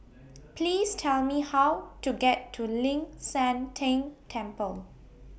Please Tell Me How to get to Ling San Teng Temple